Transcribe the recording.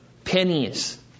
Pennies